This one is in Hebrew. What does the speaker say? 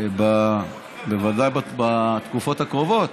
בוודאי בתקופות הקרובות,